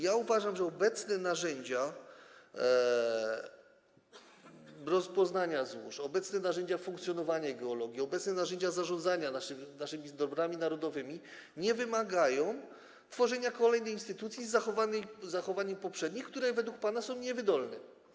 Ja uważam, że obecne narzędzia rozpoznawania złóż, obecne narzędzia funkcjonowania geologii, obecne narzędzia zarządzania naszymi dobrami narodowymi nie wymagają tworzenia kolejnej instytucji z zachowaniem poprzednich, które według pana są niewydolne.